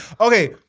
Okay